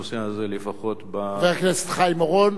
חבר הכנסת חיים אורון,